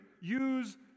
use